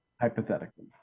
Hypothetically